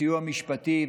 סיוע משפטי,